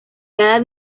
cada